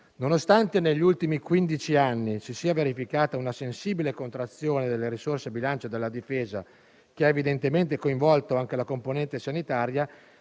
Nonostante negli ultimi quindici anni si sia verificata una sensibile contrazione delle risorse del bilancio della Difesa, che evidentemente ha coinvolto anche la componente sanitaria,